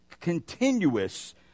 continuous